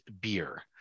beer